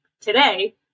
today